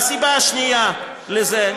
והסיבה השנייה לזה,